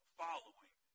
following